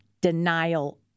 denial